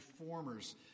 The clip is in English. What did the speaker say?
reformers